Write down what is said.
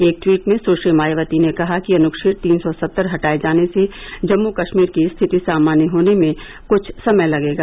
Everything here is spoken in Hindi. एक टवीट में सुश्री मायावती ने कहा कि अनुछेद तीन सौ सत्तर हटाए जाने से जम्मू कश्मीर की स्थिति सामान्य होने में कूछ समय लगेगा